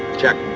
check.